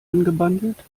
angebandelt